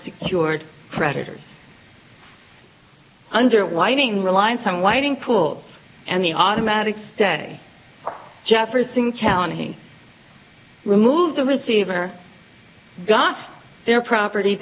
secured creditors under whiting reliance on whiting pools and the automatic stay jefferson county removed the receiver got their property